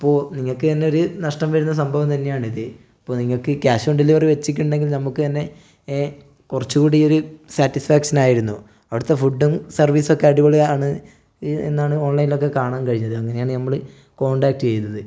അപ്പോൾ നിങ്ങൾക്ക് തന്നെ ഒരു നഷ്ടം വരുന്ന സംഭവം തന്നെയാണ് ഇത് അപ്പോൾ നിങ്ങക്ക് ക്യാഷ് ഓൺ ഡെലിവറി വെച്ചിട്ടുടെങ്കില് നമുക്ക് തന്നെ കുറച്ചുകൂടി ഒരു സാറ്റിസ്ഫാക്ഷൻ ആയിരുന്നു അവിടുത്തെ ഫുഡും സർവീസും ഒക്കെ അടിപൊളിയാണ് എന്നാണ് ഓൺലൈനിൽ ഒക്കെ കാണാൻ കഴിഞ്ഞത് അങ്ങനെ ആണ് നമ്മള് കോണ്ടാടാക്ട് ചെയ്തത്